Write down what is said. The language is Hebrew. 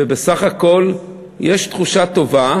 ובסך הכול יש תחושה טובה,